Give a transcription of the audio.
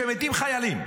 כשמתים חיילים,